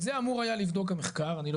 את זה אמור היה לבדוק המחקר ואני לא